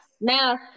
Now